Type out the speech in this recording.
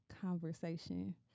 conversation